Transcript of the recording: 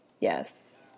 Yes